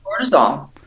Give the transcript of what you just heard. cortisol